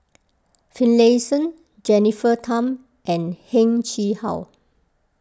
Finlayson Jennifer Tham and Heng Chee How